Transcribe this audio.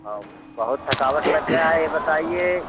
हाँ बहुत थकावट लग गया यह बताइए